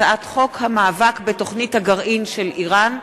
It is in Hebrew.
הצעת חוק המאבק בתוכנית הגרעין של אירן,